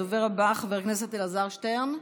הדובר הבא, חבר הכנסת אלעזר שטרן,